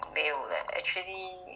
给我的